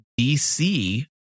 DC